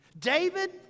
David